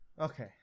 Okay